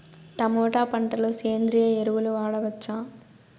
Tomato పంట లో సేంద్రియ ఎరువులు వాడవచ్చా?